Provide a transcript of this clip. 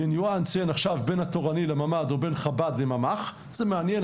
לניואנס שבין התורני לממ"ד או בין החרדי לממ"ח זה מעניין,